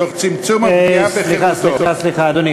תוך צמצום הפגיעה, סליחה, אדוני.